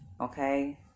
okay